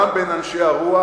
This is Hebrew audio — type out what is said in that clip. גם בין אנשי הרוח